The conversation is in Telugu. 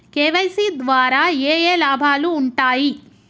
కే.వై.సీ ద్వారా ఏఏ లాభాలు ఉంటాయి?